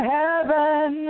heaven